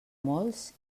molts